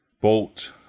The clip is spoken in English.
bolt